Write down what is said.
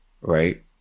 right